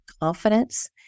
confidence